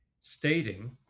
stating